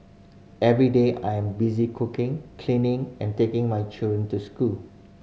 every day I am busy cooking cleaning and taking my children to school